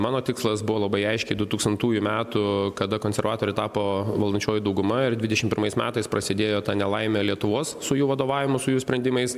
mano tikslas buvo labai aiškiai du tūkstantųjų metų kada konservatoriai tapo valdančioji dauguma ir dvidešim pirmais metais prasidėjo ta nelaimė lietuvos su jų vadovavimu su jų sprendimais